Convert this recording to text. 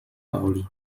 pauli